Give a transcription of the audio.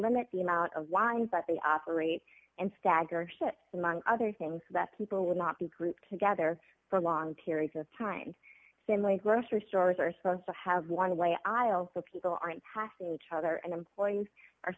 limit the amount of wines that they operate and stagger among other things that people will not be grouped together for long periods of time simply grocery stores are supposed to have one way i also people aren't passing each other and employees are